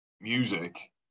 music